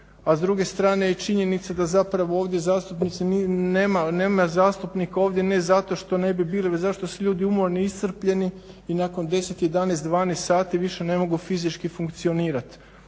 a s druge strane je činjenica da zapravo ovdje zastupnici, nema zastupnika ovdje ne zato što ne bi bili, već zato što su ljudi umorni, iscrpljeni i nakon 10, 11, 12 sati više ne mogu fizički funkcionirat